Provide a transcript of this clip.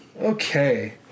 Okay